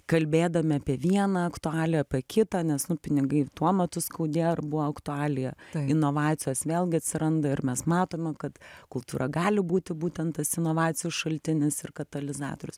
kalbėdami apie vieną aktualiją apie kitą nes pinigai tuo metu skaudėjo ir buvo aktualija inovacijos vėlgi atsiranda ir mes matome kad kultūra gali būti būtent tas inovacijų šaltinis ir katalizatorius